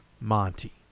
Monty